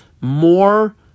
more